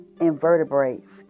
invertebrates